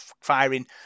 firing